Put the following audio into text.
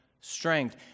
strength